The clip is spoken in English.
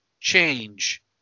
change